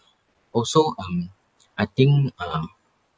also um I think um